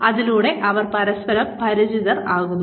അതിലൂടെ അവർ പരസ്പരം പരിചിതരാകുന്നു